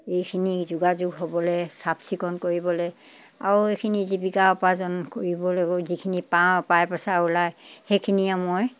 এইখিনি যোগাযোগ হ'বলৈ চাফ চিকুণ কৰিবলৈ আৰু এইখিনি জীৱিকা উপাৰ্জন কৰিবলৈও যিখিনি পাওঁ পা পইচা ওলায় সেইখিনিয়ে মই